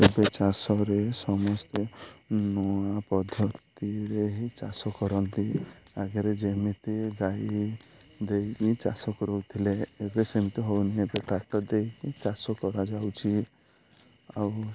ଏବେ ଚାଷରେ ସମସ୍ତେ ନୂଆ ପଦ୍ଧତିରେ ହିଁ ଚାଷ କରନ୍ତି ଆଗରେ ଯେମିତି ଗାଈ ଦେଇକି ଚାଷ କରଉଥିଲେ ଏବେ ସେମିତି ହଉନି ଏବେ ଟ୍ରାକ୍ଟର ଦେଇକି ଚାଷ କରାଯାଉଛି ଆଉ